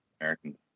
american